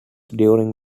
during